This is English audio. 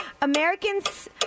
Americans